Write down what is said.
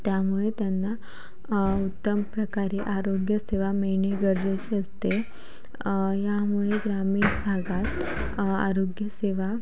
त्यामुळे त्यांना उत्तम प्रकारे आरोग्यसेवा मिळणे गरजेचे असते यामुळे ग्रामीण भागात आरोग्यसेवा